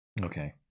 Okay